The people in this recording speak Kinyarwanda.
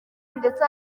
ndetse